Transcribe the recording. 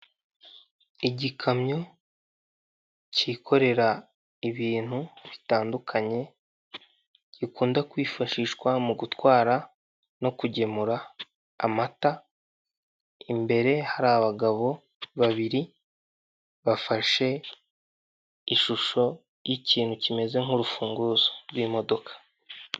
Igikamyo cyikorera ibintu bitandukanye gikunda kwifashishwa mu gutwara no kugemura amata, imbere hari abagabo babiri bafashe ishusho y'ikintu kimeze nk'urufunguzo rw'imodoka.